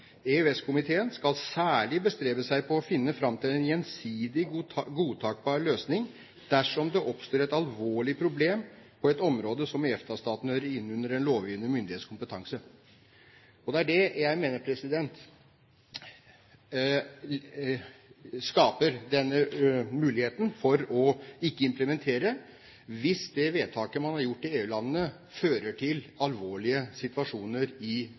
EØS-komiteen skal særlig bestrebe seg på å finne fram til en gjensidig godtagbar løsning dersom det oppstår et alvorlig problem på et område som i EFTA-statene hører inn under den lovgivende myndighets kompetanse.» Det er dette jeg mener skaper denne muligheten for å ikke implementere hvis det vedtaket man har gjort i EU-landene, fører til alvorlige situasjoner i